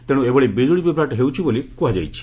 ତେଣୁ ଏଭଳି ବିଜୁଳି ବିଭ୍ରାଟ ହେଉଛି ବୋଲି କ୍ରହାଯାଉଛି